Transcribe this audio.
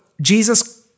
Jesus